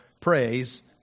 praise